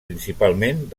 principalment